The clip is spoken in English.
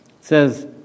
says